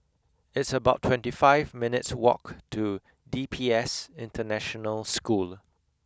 it's about twenty five minutes' walk to D P S International School